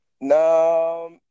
No